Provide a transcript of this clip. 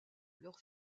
leur